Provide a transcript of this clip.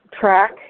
track